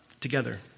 together